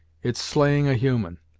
it's slaying a human,